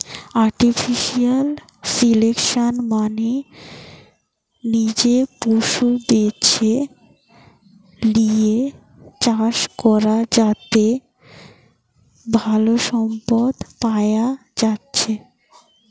artificial selection মানে নিজে পশু বেছে লিয়ে চাষ করা যাতে ভালো সম্পদ পায়া যাচ্ছে